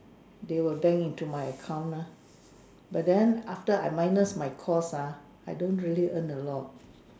they will bank into my account mah but then after I minus my cost ah I don't really earn a lot